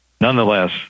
Nonetheless